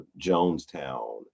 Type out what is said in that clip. Jonestown